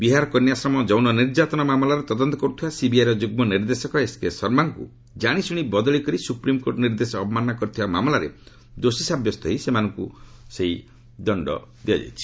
ବିହାର କନ୍ୟାଶ୍ରମ ଯୌନ ନିର୍ଯାତନା ମାମଲାର ତଦନ୍ତ କରୁଥିବା ସିବିଆଇର ଯୁଗ୍ମ ନିର୍ଦ୍ଦେଶକ ଏକେ ଶର୍ମାଙ୍କୁ ଜାଣିଶୁଣି ବଦଳି କରି ସୁପ୍ରିମ୍କୋର୍ଟ ନିର୍ଦ୍ଦେଶ ଅବମାନନା କରିଥିବା ମାମଲାରେ ଦୋଷୀ ସାବ୍ୟସ୍ତ ହୋଇ ସେମାନଙ୍କୁ ଏହି ଦଣ୍ଡ ଦିଆଯାଇଛି